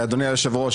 אדוני היושב-ראש,